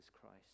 Christ